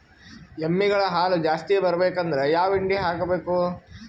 ಎಮ್ಮಿ ಗಳ ಹಾಲು ಜಾಸ್ತಿ ಬರಬೇಕಂದ್ರ ಯಾವ ಹಿಂಡಿ ಹಾಕಬೇಕು?